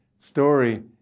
story